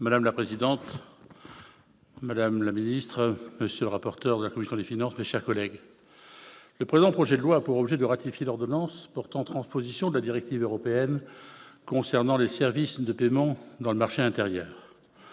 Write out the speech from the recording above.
Madame la présidente, madame la secrétaire d'État, monsieur le rapporteur général de la commission des finances, mes chers collègues, le présent projet de loi a pour objet de ratifier l'ordonnance portant transposition de la directive européenne concernant les services de paiement dans le marché intérieur.